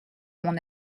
mon